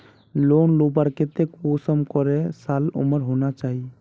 Loan लुबार केते कुंसम करे साल उमर होना चही?